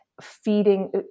feeding